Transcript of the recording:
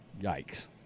Yikes